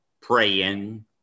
praying